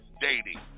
dating